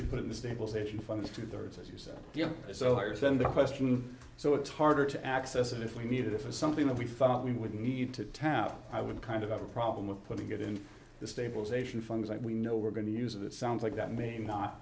you put the stabilization funds to the words as you say so here's the question so it's harder to access if we need it if it's something that we thought we would need to tap i would kind of a problem with putting it in the stabilization funds like we know we're going to use it sounds like that may not